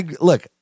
look